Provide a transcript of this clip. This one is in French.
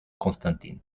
constantin